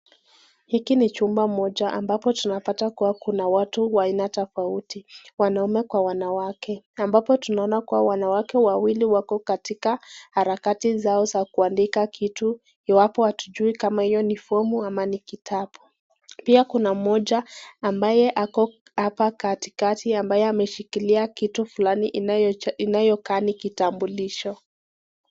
Hiki ni chuma moja ambapo tunapata kuwa kuna watu wa aina tofauti. Wanaume kwa wanawake . Ambapo tunaona kuwa wanawake wawili wako katika harakati zao za kuandika kitu, iwapo hatujui kama ni fomu ama ni kitabu. Pia Kuna mmoja ambaye ako hapa katikati, ambaye ameshikilia kitu fulani inayo kaa ni kitambulisho.